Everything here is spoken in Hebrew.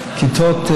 כיתות,